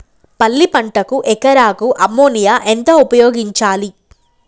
పల్లి పంటకు ఎకరాకు అమోనియా ఎంత ఉపయోగించాలి?